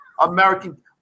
American